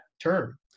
term